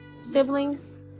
siblings